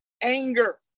anger